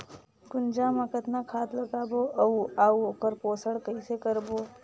गुनजा मा कतना खाद लगाबो अउ आऊ ओकर पोषण कइसे करबो?